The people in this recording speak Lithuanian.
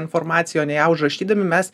informaciją o ne ją užrašydami mes